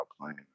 playing